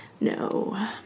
No